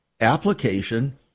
application